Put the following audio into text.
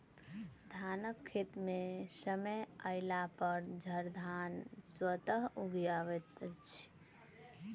धानक खेत मे समय अयलापर झड़धान स्वतः उगि अबैत अछि